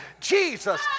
Jesus